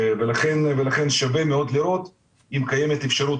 ולכן שווה מאד לראות אם קיימת אפשרות